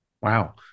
Wow